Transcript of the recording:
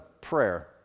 prayer